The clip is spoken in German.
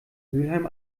mülheim